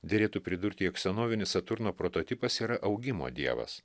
derėtų pridurti jog senovinis saturno prototipas yra augimo dievas